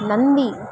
Nandi